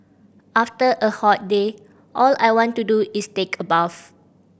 after a hot day all I want to do is take a bath